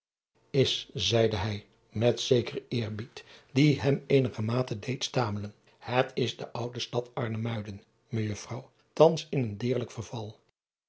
zeide hij met zekeren eerbied die hem eenigermate deed stamelen het is de oude stad rnemuiden ejuffrouw thans in een deerlijk verval